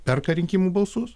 perka rinkimų balsus